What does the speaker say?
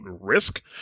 Risk